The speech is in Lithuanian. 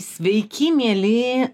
sveiki mieli